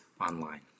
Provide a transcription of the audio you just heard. online